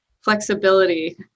flexibility